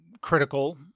critical—